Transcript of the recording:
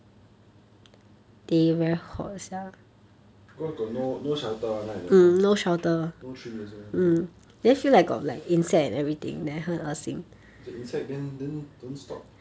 because got no no shelter [one] right that path no tree also no noth~ the insect then then don't stop